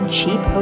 Cheap